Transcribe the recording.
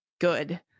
good